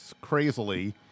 crazily